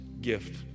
gift